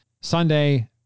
Sunday